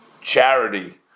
charity